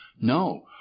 No